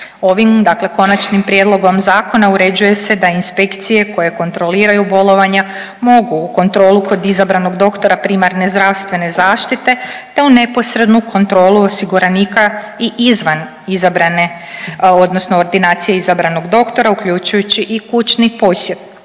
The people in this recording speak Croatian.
dakle konačnim prijedlogom zakona uređuje se da inspekcije koje kontroliraju bolovanja mogu u kontrolu kod izabranog doktora primarne zdravstvene zaštite, te u neposrednu kontrolu osiguranika i izvan izabrane odnosno ordinacije izabranog doktora uključujući i kućni posjet.